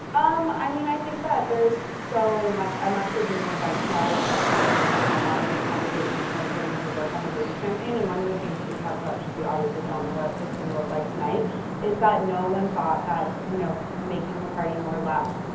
um i mean, i think that there's so much i'm actually doing an event tomorrow with a bunch of women. i'm moderating a conversation with a bunch of women who work on the bernie campaign, and one of the things that we talked about because we obviously don't know what it's going to look like tonight is that no one thought that, you know making the party more left,